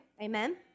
Amen